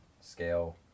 scale